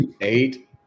eight